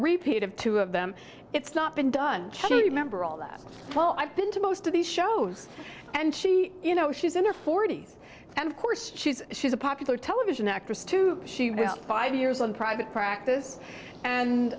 repeat of two of them it's not been done member all that well i've been to most of these shows and she you know she's in her forty's and of course she's she's a popular television actress too she was five years in private practice and